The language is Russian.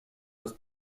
раз